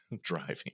driving